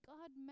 God